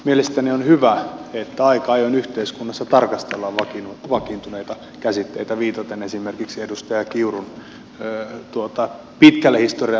mielestäni on hyvä että aika ajoin yhteiskunnassa tarkastellaan vakiintuneita käsitteitä viitaten esimerkiksi edustaja kiurun pitkälle historiaan meneviin